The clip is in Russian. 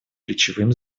ключевым